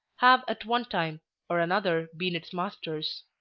have at one time or another been its masters.